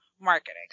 marketing